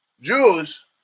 Jews